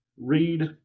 read